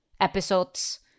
episodes